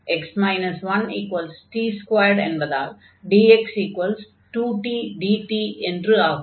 x 1t2 என்பதால் dx2t dt என்று ஆகும்